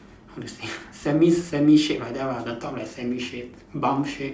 all the same semi semi shape like that lah the cup like semi shape bum shape